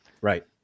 right